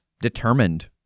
determined